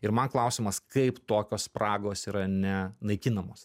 ir man klausimas kaip tokios spragos yra nenaikinamos